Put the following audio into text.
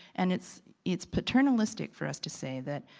and it's it's paternalistic for us to say that,